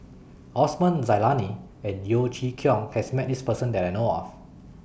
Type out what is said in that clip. Osman Zailani and Yeo Chee Kiong has Met This Person that I know of